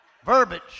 Verbiage